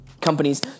companies